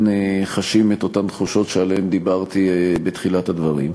חשים את אותן תחושות שעליהן דיברתי בתחילת הדברים.